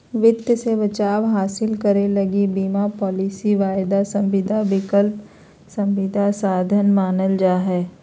वित्त मे बचाव हासिल करे लगी बीमा पालिसी, वायदा संविदा, विकल्प संविदा साधन मानल जा हय